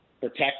protect